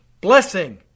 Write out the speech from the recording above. blessing